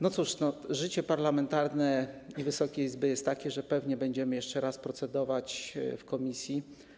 No cóż, życie parlamentarne i Wysokiej Izby jest takie, że pewnie będziemy jeszcze raz nad tym procedować w komisji.